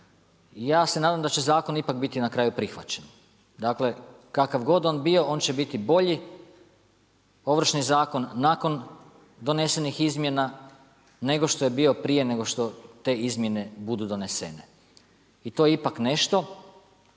ja se nadam da će zakon ipak na kraju prihvaćen. Dakle, kakav god on bio on će biti bolji Ovršni zakon, nakon donesenih izmjena, nego što je bio prije nego što te izmjene budu donesene. I to je ipak nešto